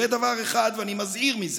זה דבר אחד, ואני מזהיר מזה.